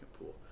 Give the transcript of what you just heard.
pool